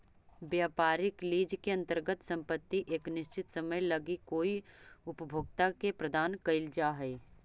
व्यापारिक लीज के अंतर्गत संपत्ति एक निश्चित समय लगी कोई उपभोक्ता के प्रदान कईल जा हई